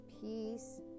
peace